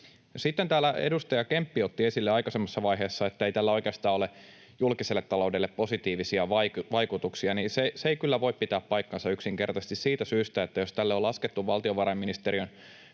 Sitten kun täällä edustaja Kemppi otti aikaisemmassa vaiheessa esille, että ei tällä oikeastaan ole julkiselle taloudelle positiivisia vaikutuksia, niin se ei kyllä voi pitää paikkaansa yksinkertaisesti siitä syystä, että jos tälle on laskettu valtiovarainministeriön